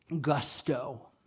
gusto